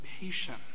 patient